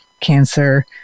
cancer